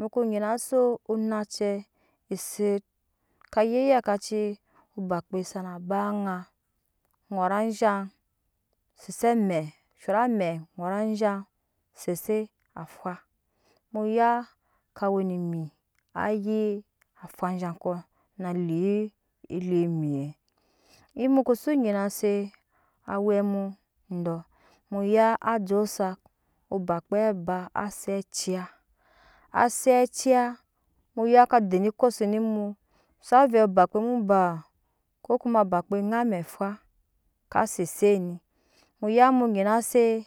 Mu ko nyi se onecɛ est kaya eyak aci obakpe sana ba aŋa ŋɔtazhaŋ sese amɛ shot amɛ ŋɔtazhan sese afwa mu ya ka we ne emi anyi fwa azhaŋkɔ na lidi emi in mu ko si nyina se awɛ mu dɔɔ muya aj osak obakpa aba eset ciya aset ciya muya ka den ekosu mu sa vɛ obakpe mu baa obakpe ŋai amɛ fwa ka setset ni muya mu nyina se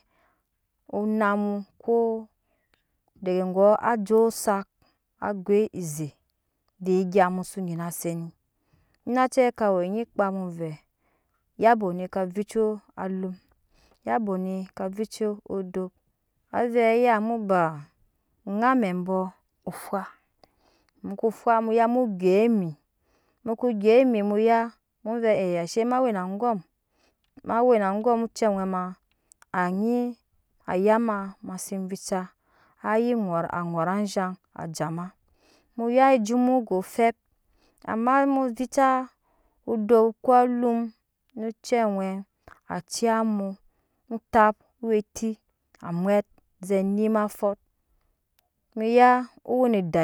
onamu ko dege gɔɔ ajo osat ago eze duk egya mu so nyina se nɔ onacɛ ka we onyi kpam ovɛ eyabo ni ka vica alum yabo ka vica odop avɛ aya mu baa ŋarambɛ fwa mu ko fwa mu ya mu gye emi muko fwa mu ya mu gye emi mu ko gye emi mu vɛ ash e ma we na angom ma we na angom ocɛ owɛ ma anyi ayama mase vica aye ŋot agɔɔt azzhaaŋ ajama muya ejut mu ego fɛp ama mu odop ko alum no ocɛ awɛ mu a ciya mu otapowe eti a mwɛt zɛ nim afot mu ya owe ne duk ejurt